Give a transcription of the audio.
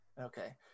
Okay